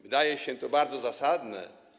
Wydaje się to bardzo zasadne.